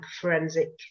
forensic